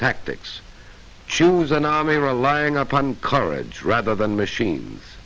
tactics choose an army relying upon courage rather than machine